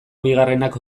bigarrenak